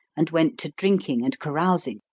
and went to drinking and carousing,